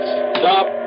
stop